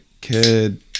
kid